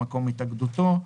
מקום התאגדותו____________.